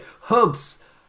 Hubs